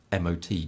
MOT